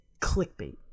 clickbait